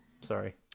Sorry